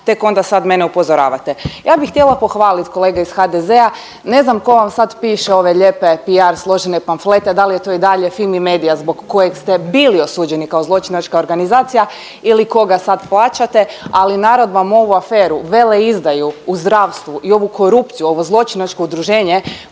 tek onda sad mene upozoravate. Ja bi htjela pohvalit kolege iz HDZ-a, ne znam tko vam sad piše ove lijepe PR složene pamflete, da li je to i dalje FIMI MEDIA zbog kojeg ste bili osuđeni kao zločinačka organizacija ili koga sad plaćate ali narod vam ovu aferu, veleizdaju u zdravstvu i ovu korupciju, ovo zločinačko udruženje